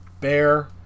Bear